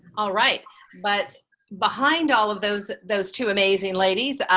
all right but behind all of those those two amazing ladies,